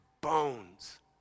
bones